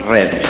Red